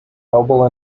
noble